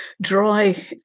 dry